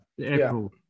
April